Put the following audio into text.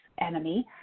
enemy